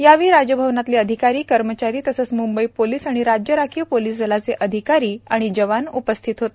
यावेळी राजभवनातले अधिकारी कर्मचारी तसंच मूंबई पोलिस आणि राज्य राखीव पोलिस दलाचे अधिकारी आणि जवान उपस्थित होते